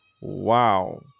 Wow